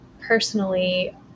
personally